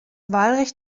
wahlrecht